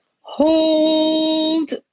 hold